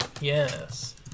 Yes